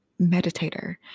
meditator